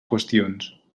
qüestions